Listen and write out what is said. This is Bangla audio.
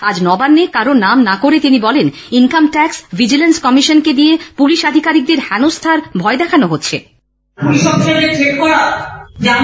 আজ নবান্নে কারো নাম না করে তিনি বলেন ইনকাম ট্যাক্স ভিজিলান্স কমিশন দিয়ে পুলিশ আধিকারিকদের হেনস্থার ভয় দেখানো হচ্ছে